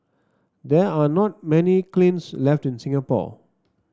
there are not many cleans left in Singapore